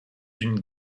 une